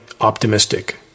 optimistic